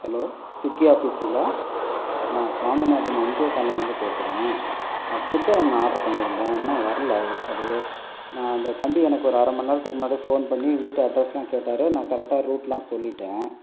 hello Swiggy ஆஃபீஸுங்களா நான் Swaminathan NGO காலணிலேந்து பேசுகிறேன் நான் ஃபுட்டு ஒன்று ஆர்டர் பண்ணியிருந்தேன் இன்னும் வரல அது நான் அந்த தம்பி எனக்கு ஒரு அரை மணிநேரத்துக்கு முன்னாடி ஃபோன் பண்ணி வீட்டு அட்ரெஸ்லாம் கேட்டார் நான் கரெக்டாக ரூட்லாம் சொல்லிவிட்டேன்